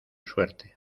suerte